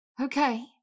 Okay